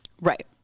Right